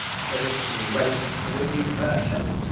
so this is the raised saloon version,